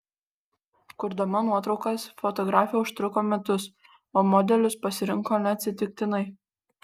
kurdama nuotraukas fotografė užtruko metus o modelius pasirinko neatsitiktinai